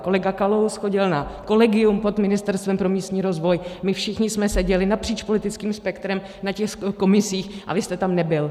Kolega Kalous chodil na kolegium pod Ministerstvem pro místní rozvoj, my všichni jsme seděli napříč politickým spektrem na těch komisích, a vy jste tam nebyl.